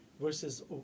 versus